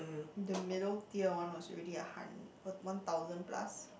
the middle tier one was already a hun~ one one thousand plus